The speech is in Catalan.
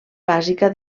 bàsica